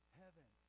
heaven